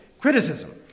criticism